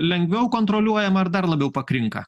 lengviau kontroliuojama ar dar labiau pakrinka